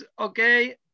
okay